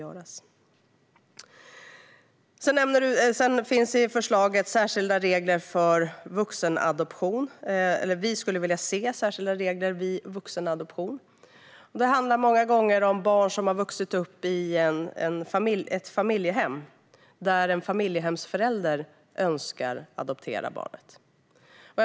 Vi skulle även vilja se särskilda regler för vuxenadoption. Många gånger handlar det om barn som har vuxit upp i ett familjehem där en familjehemsförälder önskar adoptera barnet i vuxen ålder.